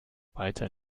weiter